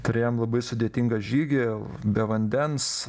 turėjom labai sudėtingą žygio be vandens